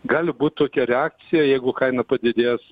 gali būt tokia reakcija jeigu kaina padidės